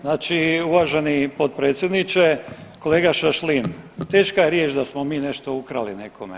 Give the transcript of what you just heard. Znači uvaženi potpredsjedniče, kolega Šašlin teška je riječ da smo mi nešto ukrali nekome.